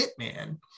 Hitman